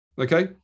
Okay